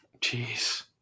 Jeez